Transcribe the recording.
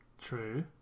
True